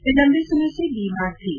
वे लम्बे समय से बीमार थीं